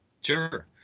Sure